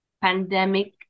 pandemic